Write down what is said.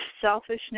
selfishness